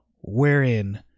wherein